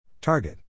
Target